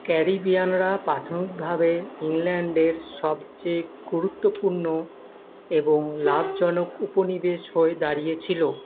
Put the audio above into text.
ক্যারিবিয়ানরা প্রাথমিকভাবে ইংল্যান্ডের সব চেয়ে গুরুত্বপূণ্য এবং লাভজনক উপনিবেশ হয়ে দাঁড়িয়েছিল